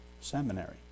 seminary